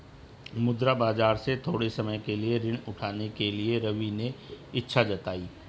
मुद्रा बाजार से थोड़े समय के लिए ऋण उठाने के लिए रवि ने इच्छा जताई